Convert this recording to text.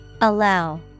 Allow